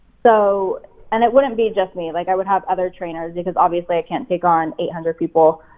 so and it wouldn't be just me. like i would have other trainers because obviously i can't take on eight hundred people.